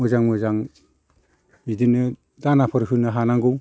मोजां मोजां बिदिनो दानाफोर होनो हानांगौ